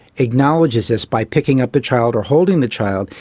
acknowledges this by picking up the child or holding the child,